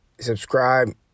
subscribe